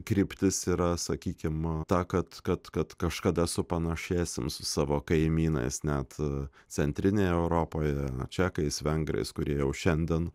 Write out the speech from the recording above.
kryptis yra sakykim ta kad kad kad kažkada supanašėsim su savo kaimynais net centrinėje europoje čekais vengrais kurie jau šiandien